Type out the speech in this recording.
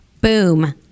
Boom